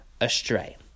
astray